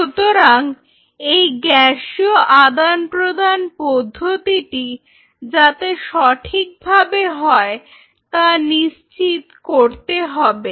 সুতরাং এই গ্যাসীয় আদান প্রদান পদ্ধতিটি যাতে সঠিকভাবে হয় তা নিশ্চিত করতে হবে